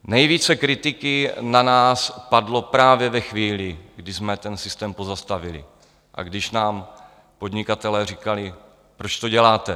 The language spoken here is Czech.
Nejvíce kritiky na nás padlo právě ve chvíli, kdy jsme ten systém pozastavili a když nám podnikatelé říkali: Proč to děláte?